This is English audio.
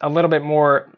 a little bit more,